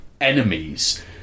enemies